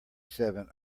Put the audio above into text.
seven